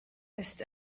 ist